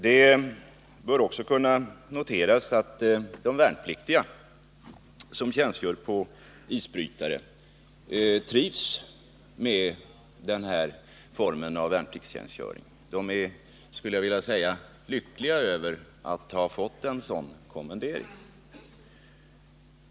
Det bör också kunna noteras att de värnpliktiga som tjänstgör på isbrytare trivs med den här formen av värnpliktstjänstgöring. De är, skulle jag vilja säga, lyckliga över att ha fått en sådan kommendering.